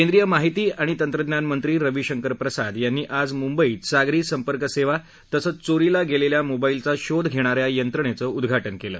केंद्रीय माहिती आणि तंत्रज्ञानमंत्री रविशंकर प्रसाद यांनी आज मुंबईत सागरी संपर्क सेवा तसंच चोरीला गेलेल्या मोबाईलचा शोध घेणा या यंत्रणेचं उद्घाटन केलं